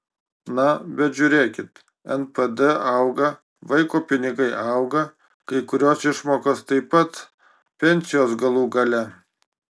na bet žiūrėkit npd auga vaiko pinigai auga kai kurios išmokos taip pat pensijos galų gale